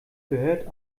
gehört